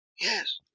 Yes